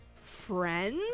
friends